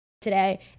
today